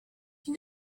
you